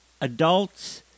adults